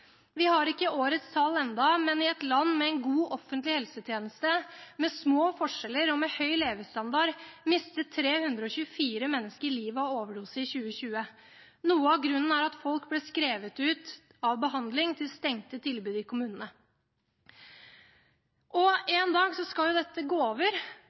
Vi har ikke årets tall ennå, men i et land med en god, offentlig helsetjeneste, med små forskjeller og med høy levestandard mistet 324 mennesker livet av overdose i 2020. Noe av grunnen er at folk ble skrevet ut av behandling til stengte tilbud i kommunene. En dag skal jo dette gå over,